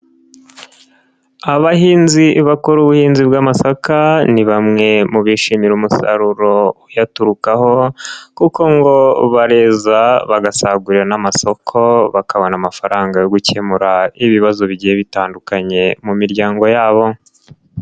Abahinzi bakora ubuhinzi bw'amasaka ni bamwe mu bishimira umusaruro uyaturukaho, kuko ngo bareza bagasagurira n'amasoko bakabona amafaranga yo gukemura ibibazo bigiye bitandukanye mu miryango yabo.